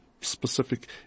specific